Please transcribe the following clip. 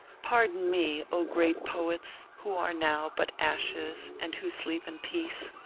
pardon me! o, great poets! who are now but ashes and who sleep in peace!